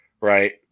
right